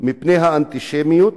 מפני האנטישמיות